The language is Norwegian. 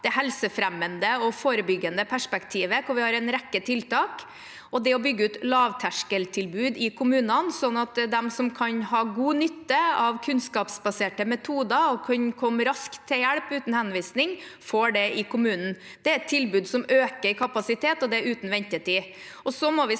Det er det helsefremmende og forebyggende perspektivet, der vi har en rekke tiltak, og det er å bygge ut lavterskeltilbud i kommunene, slik at de som kan ha god nytte av kunnskapsbaserte metoder og vil kunne komme raskt til hjelp uten henvisning, får det i kommunen. Det er et tilbud som øker kapasiteten, og det er uten ventetid.